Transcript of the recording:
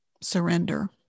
surrender